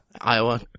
Iowa